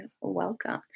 welcome